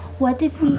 what if we,